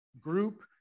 group